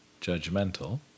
judgmental